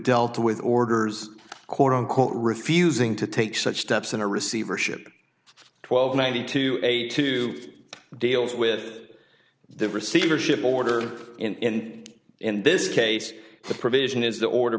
dealt with orders quote unquote refusing to take such steps in a receivership twelve ninety two a two deals with the receivership order and in this case the provision is the order